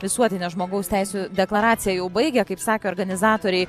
visuotinė žmogaus teisių deklaracija jau baigia kaip sako organizatoriai